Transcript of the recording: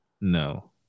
No